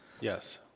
Yes